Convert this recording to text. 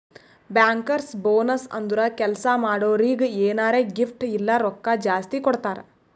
bankers bonus ಅಂದುರ್ ಕೆಲ್ಸಾ ಮಾಡೋರಿಗ್ ಎನಾರೇ ಗಿಫ್ಟ್ ಇಲ್ಲ ರೊಕ್ಕಾ ಜಾಸ್ತಿ ಕೊಡ್ತಾರ್